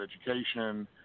education